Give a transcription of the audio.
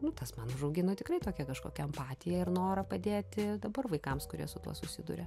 nu tas man užaugino tikrai tokią kažkokią empatiją ir norą padėti dabar vaikams kurie su tuo susiduria